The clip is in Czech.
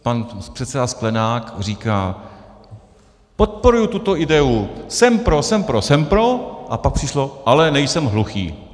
Pan předseda Sklenák říká: Podporuji tuto ideu, jsem pro, jsem pro, jsem pro a pak přišlo, ale nejsem hluchý.